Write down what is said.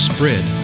Spread